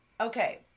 Okay